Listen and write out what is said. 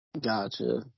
Gotcha